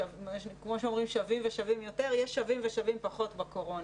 כפי שאומרים: שווים ושווים יותר יש שווים ושווים פחות בקורונה.